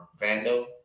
Vando